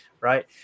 right